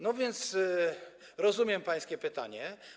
No więc rozumiem pańskie pytanie.